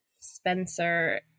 Spencer